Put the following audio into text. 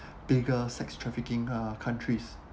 bigger sex trafficking uh countries